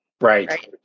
Right